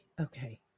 Okay